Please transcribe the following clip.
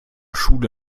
schule